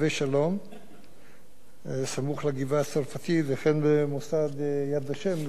סמוך לגבעה-הצרפתית, וכן במוסד "יד ושם" לא מזמן.